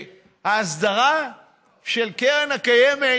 ההסדרה של קרן הקיימת,